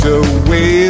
away